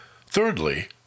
thirdly